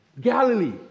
galilee